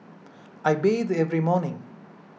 I bathe every morning